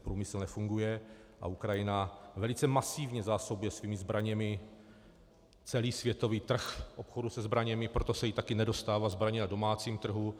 Průmysl nefunguje a Ukrajina velice masivně zásobuje svými zbraněmi celý světový trh obchodu se zbraněmi, proto se jí také nedostává zbraní na domácím trhu.